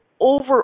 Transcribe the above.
over